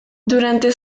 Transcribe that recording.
durante